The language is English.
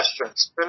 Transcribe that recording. questions